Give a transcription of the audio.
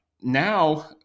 Now